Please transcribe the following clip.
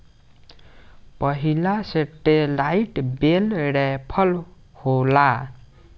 पहिला satellite bale wrapper होला